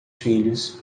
filhos